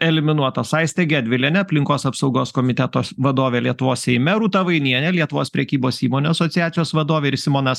eliminuotos aistė gedvilienė aplinkos apsaugos komitetos vadovė lietuvos seime rūta vainienė lietuvos prekybos įmonių asociacijos vadovė ir simonas